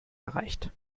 erreicht